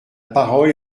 parole